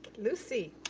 lucy.